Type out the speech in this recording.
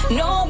no